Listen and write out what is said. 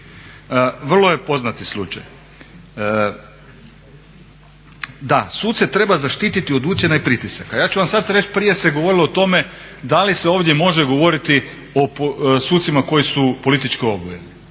Vrlo je poznati slučaj. Da, suce treba zaštiti od ucjena i pritisaka. Ja ću vam sada reći prije se govorilo o tome da li se ovdje može govoriti o sucima koji su politički obojeni.